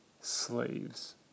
slaves